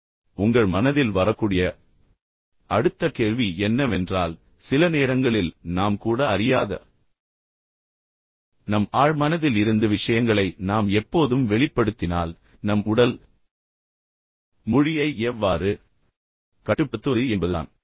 இப்போது உங்கள் மனதில் வரக்கூடிய அடுத்த கேள்வி என்னவென்றால் சில நேரங்களில் நாம் கூட அறியாத நம் ஆழ் மனதில் இருந்து விஷயங்களை நாம் எப்போதும் வெளிப்படுத்தினால் நம் உடல் மொழியை எவ்வாறு கட்டுப்படுத்துவது என்பதுதான்